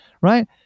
right